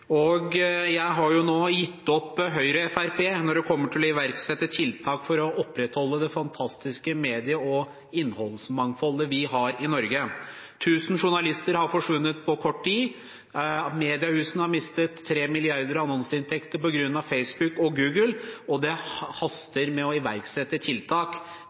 og jeg har nå gitt opp Høyre og Fremskrittspartiet når det kommer til å iverksette tiltak for å opprettholde det fantastiske medie- og innholdsmangfoldet vi har i Norge. 1 000 journalister har forsvunnet på kort tid, mediehusene har mistet 3 mrd. kr i annonseinntekter på grunn av Facebook og Google, og det haster med å iverksette tiltak.